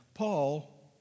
Paul